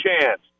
chance